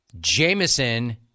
Jameson